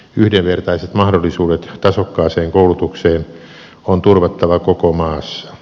yhdenvertaiset mahdollisuudet tasokkaaseen koulutukseen on turvattava koko maassa